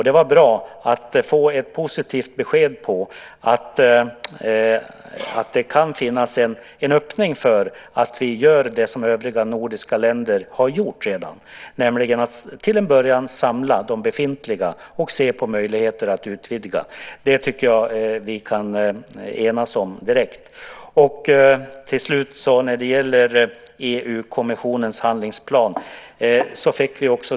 Det var bra att få ett positivt besked på att det kan finnas en öppning för att vi ska göra det övriga nordiska länder redan har gjort, nämligen att till en början samla de befintliga och se på möjligheten till utvidgning. Det tycker jag vi kan enas om direkt. Till slut fick vi en kommentar till EU-kommissionens handlingsplan.